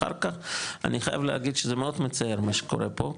אחר כך אני חייב להגיד שזה מאוד מצער מה שקורה פה.